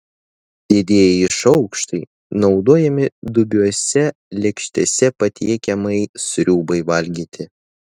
didieji šaukštai naudojami dubiose lėkštėse patiekiamai sriubai valgyti